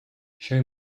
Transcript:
show